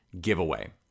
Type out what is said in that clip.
giveaway